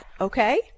Okay